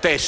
e